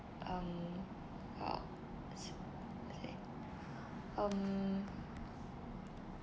um uh um